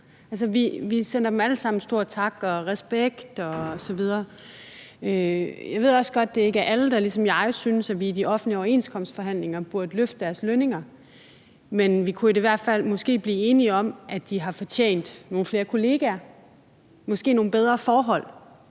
vi sender dem alle sammen en stor tak og respekt osv., og jeg ved også godt, at det ikke er alle, der ligesom jeg synes, at vi i de offentlige overenskomstforhandlinger burde løfte deres lønninger, men vi kunne da måske i hvert fald blive enige om, at de har fortjent nogle flere kollegaer og måske nogle bedre arbejdsforhold